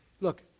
look